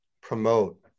promote